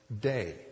day